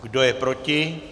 Kdo je proti?